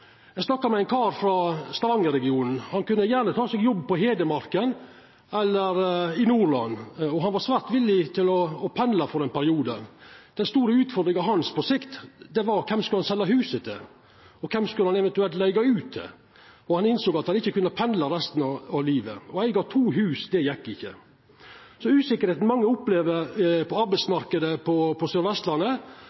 Eg snakka med ein kar frå Stavanger-regionen. Han kunne gjerne ta seg jobb på Hedmarken eller i Nordland, og han var svært villig til å pendla for ein periode. Den store utfordringa hans på sikt var kven han skulle selja huset til, eller kven han eventuelt skulle leiga det ut til. Han innsåg at han ikkje kunne pendla resten av livet – å eiga to hus gjekk ikkje. Usikkerheita mange opplever på